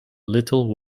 little